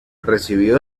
recibió